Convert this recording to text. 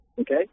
okay